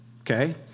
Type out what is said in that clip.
Okay